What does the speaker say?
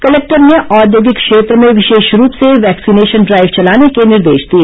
collector ने औद्योगिक क्षेत्र में विशेष रूप से वैक्सीनेशन ड्राईव चलाने के निर्देश दिए